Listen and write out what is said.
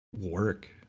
work